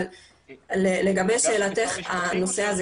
אבל לגבי שאלתך הנושא הזה,